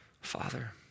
Father